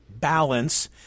balance